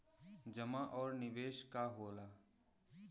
जमा और निवेश का होला?